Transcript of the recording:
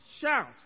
shout